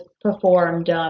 performed